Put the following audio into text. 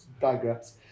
digress